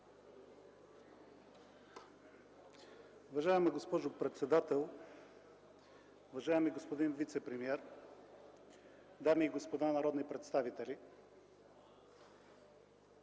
Уважаема госпожо председател, уважаеми господа министри, дами и господа народни представители!